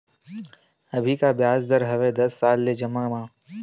अभी का ब्याज दर हवे दस साल ले जमा मा?